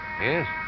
Yes